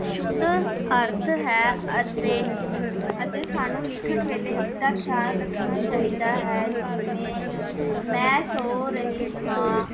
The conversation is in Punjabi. ਸ਼ੁੱਧ ਅਰਥ ਹੈ ਅਤੇ ਅਤੇ ਸਾਨੂੰ ਲਿਖਣ ਵੇਲੇ ਇਸ ਦਾ ਖਿਆਲ ਰੱਖਣਾ ਚਾਹੀਦਾ ਹੈ ਜਿਵੇਂ ਮੈਂ ਸੌਂ ਰਹੀ ਹਾਂ